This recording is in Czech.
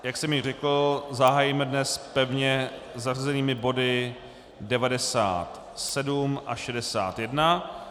Jak jsem již řekl, zahájíme dnes pevně zařazenými body 97 a 61.